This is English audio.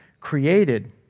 created